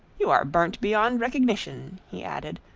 you are burnt beyond recognition, he added,